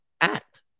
act